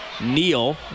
Neal